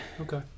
Okay